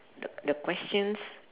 the the questions